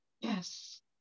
Yes